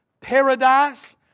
paradise